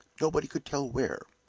nobody could tell where?